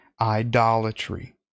idolatry